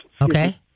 Okay